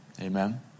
Amen